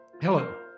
Hello